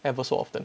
ever so often